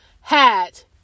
hat